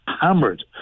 hammered